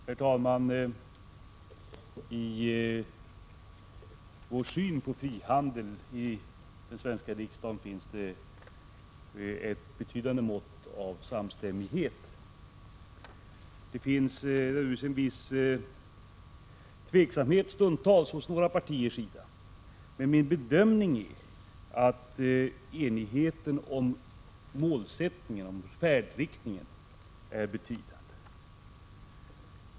| Herr talman! Den svenska riksdagens syn på frihandel präglas av ett | betydande mått av samstämmighet. Det finns dock stundtals en viss : tveksamhet från några partiers sida. Min bedömning är att enigheten om målsättningen och färdriktningen är betydande.